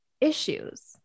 issues